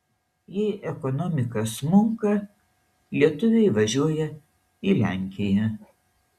jei ekonomika smunka lietuviai važiuoja į lenkiją